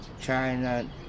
China